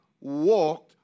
walked